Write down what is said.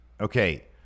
Okay